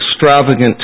extravagant